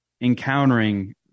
encountering